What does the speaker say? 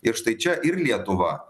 ir štai čia ir lietuva